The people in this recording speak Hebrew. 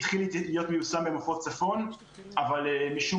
התחיל להיות מיושם במחוז צפון אבל משום